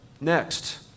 Next